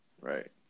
Right